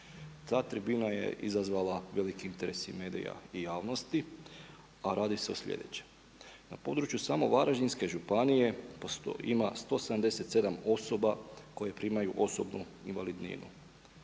Ta tribina je izazvala veliki interes i medija i javnosti, a radi se o sljedećem. Na području samo Varaždinske županije ima 177 osoba koje primaju osobnu invalidninu.